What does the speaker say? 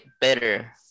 better